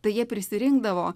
tai jie prisirinkdavo